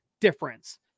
difference